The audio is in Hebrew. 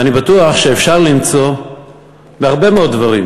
ואני בטוח שאפשר למצוא בהרבה מאוד דברים